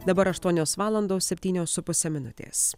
dabar aštuonios valandos septynios su puse minutės